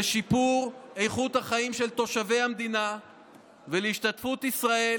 לשיפור איכות החיים של תושבי המדינה ולהשתתפות ישראל